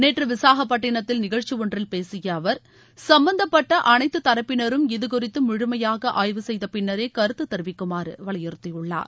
நேற்று விசாகப்பட்டினத்தில் நிகழ்ச்சி ஒன்றில் பேசிய அவர் சும்பந்தப்பட்ட அனைத்துத்தரப்பினரும் இதுகுறித்து முழுமையாக ஆய்வு செய்த பின்னரே கருத்து தெரிவிக்குமாறு வலியுறத்தியுள்ளார்